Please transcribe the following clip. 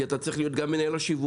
כי אתה צריך להיות גם מנהל השיווק,